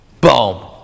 boom